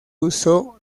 uso